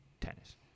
tennis